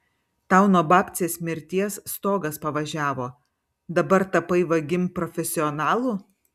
tau nuo babcės mirties stogas pavažiavo dabar tapai vagim profesionalu